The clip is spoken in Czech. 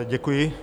Děkuji.